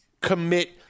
commit